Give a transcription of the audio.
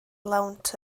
lawnt